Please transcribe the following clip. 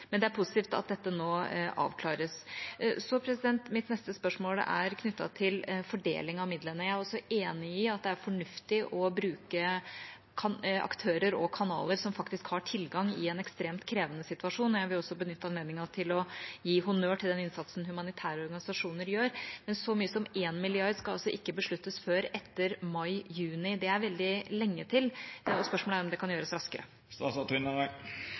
Men det er positivt at dette nå avklares. Mitt neste spørsmål er knyttet til fordeling av midlene. Jeg er også enig i at det er fornuftig å bruke aktører og kanaler som faktisk har tilgang, i en ekstremt krevende situasjon, og jeg vil også benytte anledningen til å gi honnør til den innsatsen humanitære organisasjoner gjør. Men så mye som 1 mrd. kr skal altså ikke besluttes før etter mai/juni. Det er veldig lenge til. Spørsmålet er om det kan gjøres raskere.